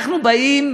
אנחנו באים,